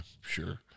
Sure